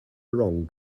wrong